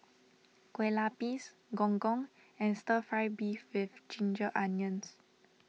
Kueh Lapis Gong Gong and Stir Fry Beef with Ginger Onions